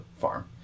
farm